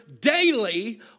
daily